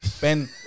ben